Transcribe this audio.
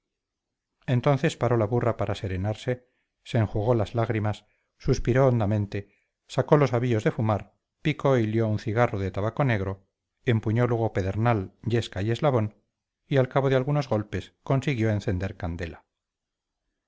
la burra para serenarse se enjugó las lágrimas suspiró hondamente sacó los avíos de fumar picó y lió un cigarro de tabaco negro empuñó luego pedernal yesca y eslabón y al cabo de algunos golpes consiguió encender candela